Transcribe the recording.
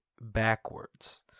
backwards